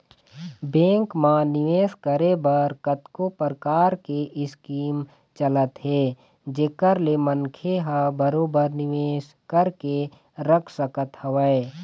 bank म निवेस करे बर कतको परकार के स्कीम चलत हे जेखर ले मनखे ह बरोबर निवेश करके रख सकत हवय